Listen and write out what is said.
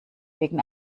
wegen